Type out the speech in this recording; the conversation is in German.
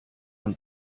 man